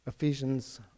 Ephesians